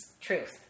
truth